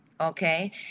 okay